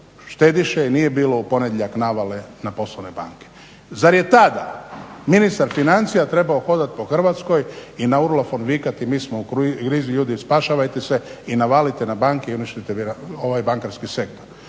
štediše i nije bilo u ponedjeljak navale na …/Govornik se ne razumije./… banke. Zar je tada ministar financija trebao hodati po Hrvatskoj i na urlafon vikati mi smo u krizi, ljudi spašavajte se i navalite na banke i uništite bankarski sektor. Dakle